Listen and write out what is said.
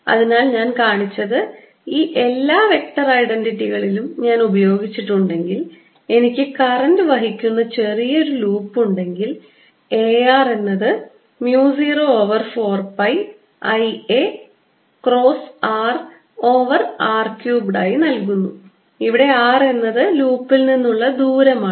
അതിനാൽ ഞാൻ കാണിച്ചത് ഈ എല്ലാ വെക്റ്റർ ഐഡന്റിറ്റികളും ഞാൻ ഉപയോഗിച്ചിട്ടുണ്ടെങ്കിൽ എനിക്ക് കറന്റ് വഹിക്കുന്ന ചെറിയ ലൂപ്പ് ഉണ്ടെങ്കിൽ A r എന്നത് mu 0 over 4 pi I a cross r over r cubed ആയി നൽകുന്നു ഇവിടെ r എന്നത് ലൂപ്പിൽ നിന്നുള്ള ദൂരമാണ്